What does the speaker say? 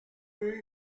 rue